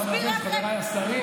חבריי חברי הכנסת,